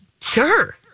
sure